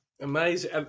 Amazing